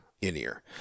in-ear